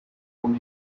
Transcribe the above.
hold